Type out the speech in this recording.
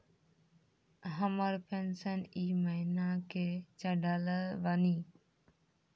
हमर पेंशन ई महीने के चढ़लऽ बानी?